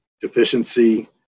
deficiency